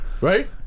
Right